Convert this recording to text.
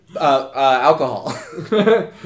Alcohol